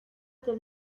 del